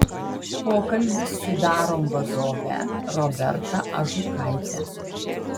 pokalbis su darom vadove roberta ažukaite